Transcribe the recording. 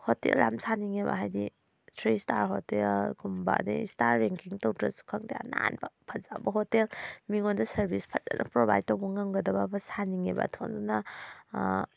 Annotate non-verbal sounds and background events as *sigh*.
hotel ꯌꯥꯝ ꯁꯥꯅꯤꯡꯉꯦꯕ ꯍꯥꯏꯗꯤ ꯊ꯭ꯔꯤ ꯏꯁꯇꯥꯔ ꯍꯣꯇꯦꯜ ꯒꯨꯝꯕ ꯑꯗꯒꯤ ꯏꯁꯇꯥꯔ ꯔꯦꯡꯀꯤꯡ ꯇꯧꯗ꯭ꯔꯁꯨ ꯈꯪꯗꯦ ꯑꯅꯥꯟꯕ ꯐꯖꯕ ꯍꯣꯇꯦꯜ ꯃꯤꯉꯣꯟꯗ ꯁꯥꯔꯕꯤꯁ ꯐꯖꯅ ꯄ꯭ꯔꯣꯕꯥꯏꯠ ꯇꯧꯕ ꯉꯝꯒꯗꯕ ꯑꯃ ꯁꯥꯅꯤꯡꯉꯦꯕ *unintelligible*